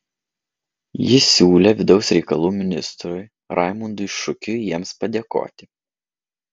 ji siūlė vidaus reikalų ministrui raimundui šukiui jiems padėkoti